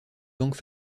banques